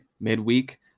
Midweek